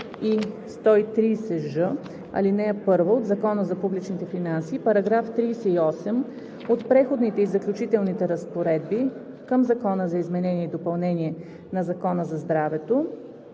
и 130ж, ал. 1 от Закона за публичните финанси и § 38 от Преходните и заключителните разпоредби към Закона за изменение и допълнение на Закона за здравето,